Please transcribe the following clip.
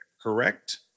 correct